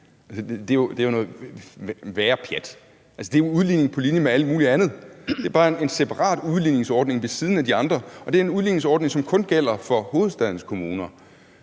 er jo noget værre pjat. Altså, det er jo udligning på linje med alt muligt andet. Det er bare en separat udligningsordning ved siden af de andre, og det er en udligningsordning, som kun gælder for hovedstadens kommuner.